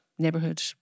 Neighborhood